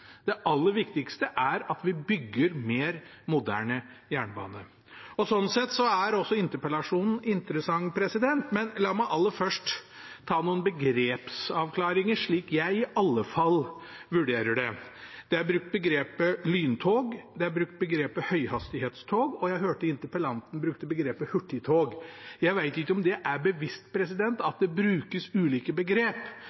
Det aller viktigste er at vi bygger mer moderne jernbane. Sånn sett er også interpellasjonen interessant. La meg aller først ta noen begrepsavklaringer, slik i alle fall jeg vurderer det. Det er brukt begrepet «lyntog», det er brukt begrepet «høyhastighetstog», og jeg hørte interpellanten bruke begrepet «hurtigtog». Jeg vet ikke om det er bevisst